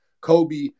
Kobe